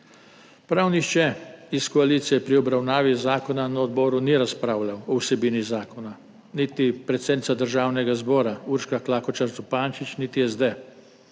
Prav nihče iz koalicije pri obravnavi zakona na odboru ni razpravljal o vsebini zakona niti predsednica Državnega zbora Urška Klakočar Zupančič niti SD.